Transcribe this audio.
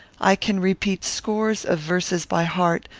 i can repeat scores of verses by heart,